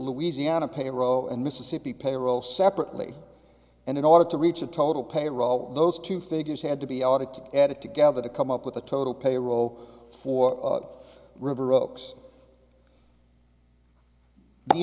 louisiana payroll and mississippi payroll separately and in order to reach a total payroll those two figures had to be audited added together to come up with the total payroll for river oaks the